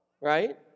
right